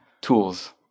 tools